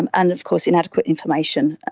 and and of course inadequate information.